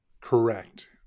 correct